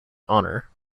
honour